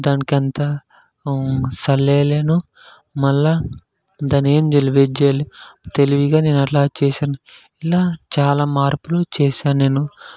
దానికి అంత చల్లేయలేదు మళ్ళీ దాన్ని ఏమి చేయలేదు వేడి చేయలేదు తెలివిగా నేను అలా చేశాను ఇలా చాలా మార్పులు చేసాను నేను